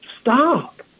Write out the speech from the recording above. stop